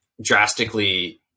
drastically